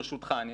ברשותך.